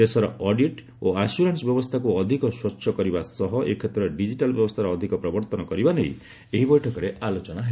ଦେଶର ଅଡିଟ୍ ଓ ଆସ୍ଥ୍ୟରାନ୍ସ ବ୍ୟବସ୍ଥାକୁ ଅଧିକ ସ୍ୱଚ୍ଛ କରିବା ସହ ଏ କ୍ଷେତ୍ରରେ ଡିଙ୍ଗିଟାଲ୍ ବ୍ୟବସ୍ଥାର ଅଧିକ ପ୍ରବର୍ତ୍ତନ କରିବା ନେଇ ଏହି ବୈଠକରେ ଆଲୋଚନା ହେବ